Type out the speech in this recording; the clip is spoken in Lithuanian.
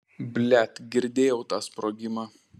blet girdėjau tą sprogimą